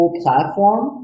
platform